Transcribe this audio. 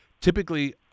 typically